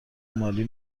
مالی